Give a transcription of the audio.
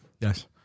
Yes